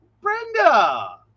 Brenda